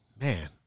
Man